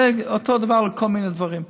זה אותו דבר על כל מיני דברים.